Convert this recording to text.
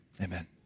Amen